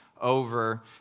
over